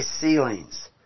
ceilings